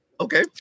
Okay